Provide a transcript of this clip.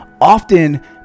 Often